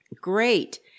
Great